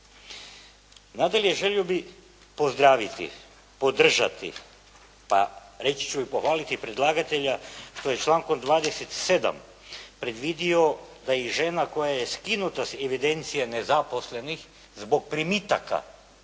Nadalje želio bih pozdraviti, podržati pa reći ću i pohvaliti predlagatelja koji je člankom 27. predvidio da i žena koja je skinuta s evidencije nezaposlenih zbog primitika